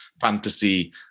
fantasy